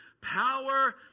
power